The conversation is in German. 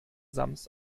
sams